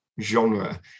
genre